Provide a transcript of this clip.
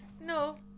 No